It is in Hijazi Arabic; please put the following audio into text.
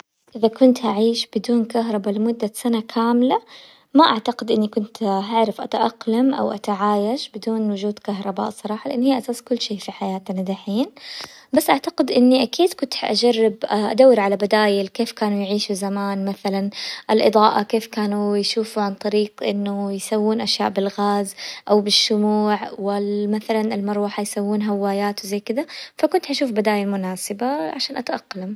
اذا كنت اعيش بدون كهربا لمدة سنة كاملة ما اعتقد اني كنت حعرف اتأقلم او اتعايش بدون وجود كهرباء الصراحة، لان هي اساس كل شيء في حياتنا دحين بس اعتقد اني اكيد كنت حاجرب ادور على بدايل، كيف كانوا يعيشوا زمان؟ مثلا الاضاءة كيف كانوا يشوفوا، عن طريق انه يسوون اشياء بالغاز او بالشموع، ومثلا المروحة يسوون هوايات وزي كذا فكنت حشوف بدايل مناسبة عشان اتأقلم.